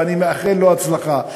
ואני מאחל לו הצלחה.